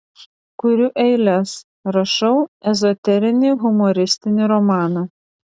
kuriu eiles rašau ezoterinį humoristinį romaną